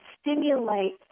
stimulate